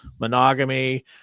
monogamy